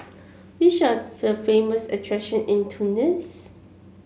which are the famous attraction in Tunis